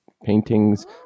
Paintings